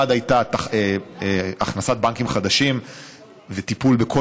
אחד היה הכנסת בנקים חדשים וטיפול בכל